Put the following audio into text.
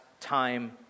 time